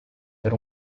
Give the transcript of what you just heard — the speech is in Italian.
per